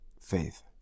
faith